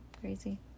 Crazy